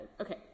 Okay